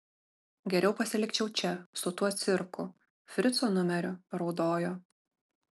geriau pasilikčiau čia su tuo cirku frico numeriu raudojo